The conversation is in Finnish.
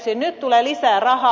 nyt tulee lisää rahaa